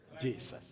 Jesus